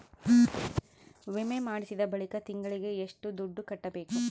ವಿಮೆ ಮಾಡಿಸಿದ ಬಳಿಕ ತಿಂಗಳಿಗೆ ಎಷ್ಟು ದುಡ್ಡು ಕಟ್ಟಬೇಕು?